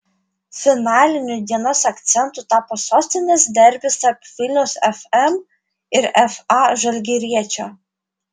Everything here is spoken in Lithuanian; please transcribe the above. finaliniu dienos akcentu tapo sostinės derbis tarp vilniaus fm ir fa žalgiriečio